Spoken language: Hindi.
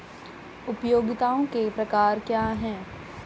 उपयोगिताओं के प्रकार क्या हैं?